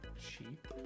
Cheap